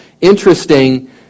Interesting